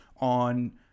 on